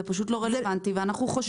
זה פשוט לא רלוונטי ואנחנו חוששים.